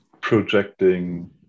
projecting